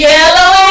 Yellow